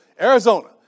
Arizona